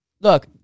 Look